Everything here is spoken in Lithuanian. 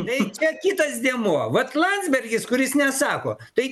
veikia kitas dėmuo vat landsbergis kuris nesako tai